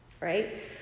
right